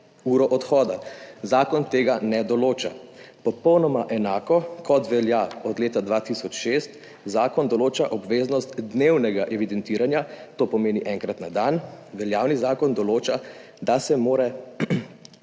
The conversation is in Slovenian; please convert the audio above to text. uro odhoda. Zakon tega ne določa. Popolnoma enako kot velja od leta 2006 zakon določa obveznost dnevnega evidentiranja, to pomeni enkrat na dan, veljavni zakon določa, da se mora